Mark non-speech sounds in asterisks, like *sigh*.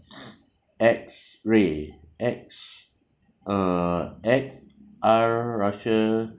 *noise* X ray X uh X R russia